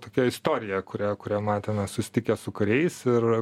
tokią istoriją kurią kurią matėme susitikęs su kariais ir